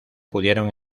pudieron